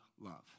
love